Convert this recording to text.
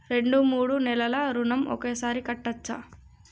రెండు మూడు నెలల ఋణం ఒకేసారి కట్టచ్చా?